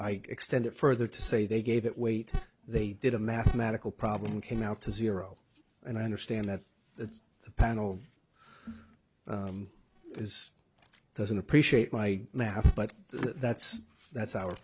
i extend it further to say they gave it weight they did a mathematical problem can now to zero and i understand that it's the panel is doesn't appreciate my math but that's that's our